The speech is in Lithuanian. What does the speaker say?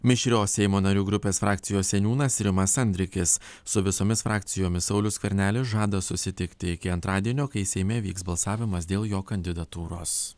mišrios seimo narių grupės frakcijos seniūnas rimas andrikis su visomis frakcijomis saulius skvernelis žada susitikti iki antradienio kai seime vyks balsavimas dėl jo kandidatūros